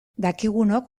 dakigunok